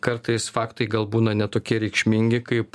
kartais faktai gal būna ne tokie reikšmingi kaip